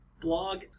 blog